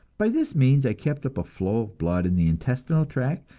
by this means i kept up a flow of blood in the intestinal tract,